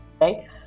right